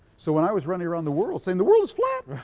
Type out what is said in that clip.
so when i was running around the world saying the world is flat,